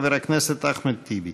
חבר הכנסת אחמד טיבי.